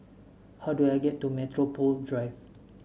how do I get to Metropole Drive